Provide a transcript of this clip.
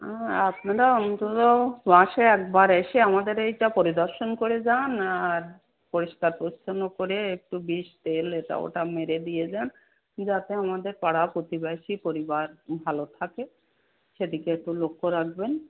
আপনারা অন্তত মাসে একবার এসে আমাদের এইটা পরিদর্শন করে যান আর পরিষ্কার পরিচ্ছন্ন করে একটু বিষ তেল এটা ওটা মেরে দিয়ে যান যাতে আমাদের পাড়া প্রতিবশী পরিবার ভালো থাকে সেদিকে একটু লক্ষ্য রাখবেন